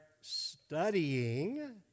studying